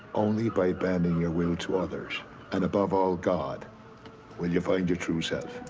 only by bending your will to others and above all god will you find your true self.